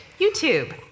YouTube